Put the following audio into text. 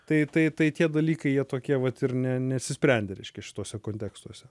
tai tai tai tie dalykai jie tokie vat ir ne nesisprendė reiškia šituose kontekstuose